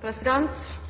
Norge er